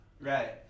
Right